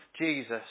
Jesus